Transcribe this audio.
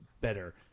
better